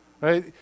right